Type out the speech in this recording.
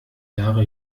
jahre